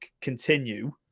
continue